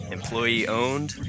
Employee-owned